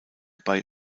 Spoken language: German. bei